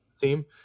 Team